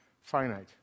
finite